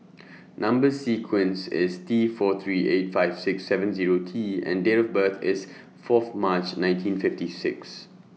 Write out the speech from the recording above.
Number sequence IS T four three eight five six seven Zero T and Date of birth IS Fourth March nineteen fifty six